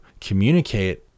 communicate